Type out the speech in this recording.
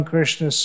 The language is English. Krishna